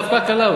דווקא הכלה.